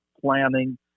planning